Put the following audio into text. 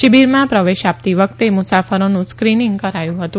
શિબીરમાં પ્રવેશ આપતી વખતે મુસાફરોનું સ્ક્રીનીંગ કરાયું હતું